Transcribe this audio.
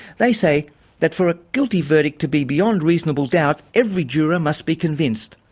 they say that for a guilty verdict to be beyond reasonable doubt, every juror must be convinced.